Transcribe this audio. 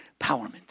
empowerment